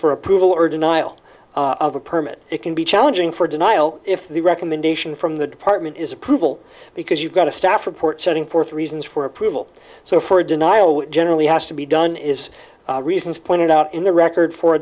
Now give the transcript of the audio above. for approval or denial of a permit it can be challenging for denial if the recommendation from the department is approval because you've got a staff report setting forth reasons for approval so for a denial would generally has to be done is reasons pointed out in the record for